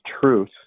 truth